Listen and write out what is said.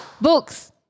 Books